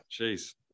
Jeez